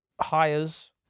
hires